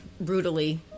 brutally